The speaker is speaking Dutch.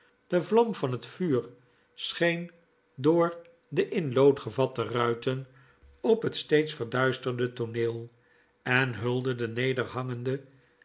de vlam van het vuur scheen door de in lood gevatte ruiten op het steeds verduisterende tooneel en hulde